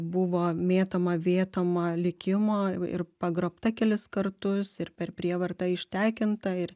buvo mėtoma vėtoma likimo ir pagrobta kelis kartus ir per prievartą ištekinta ir